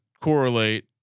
correlate